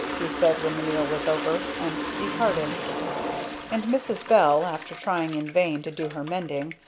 he said when the meal was over, and departed and mrs. bell, after trying in vain to do her mending,